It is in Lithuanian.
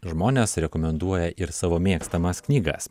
žmonės rekomenduoja ir savo mėgstamas knygas